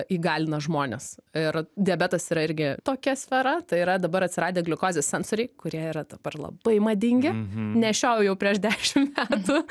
įgalina žmones ir diabetas yra irgi tokia sfera tai yra dabar atsiradę gliukozės sensoriai kurie yra dabar labai madingi nešiojau jau prieš dešimt metų